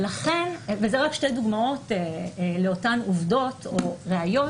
וזה רק שתי דוגמאות לאותן עובדות או ראיות